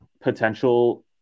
potential